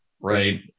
Right